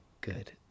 good